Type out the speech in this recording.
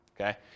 okay